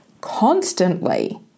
constantly